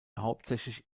hauptsächlich